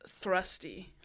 thrusty